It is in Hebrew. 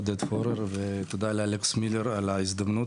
עודד פורר ותודה לאלכס מילר על ההזדמנות